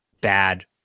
bad